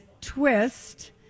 twist